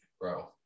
bro